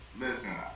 Listen